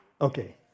Okay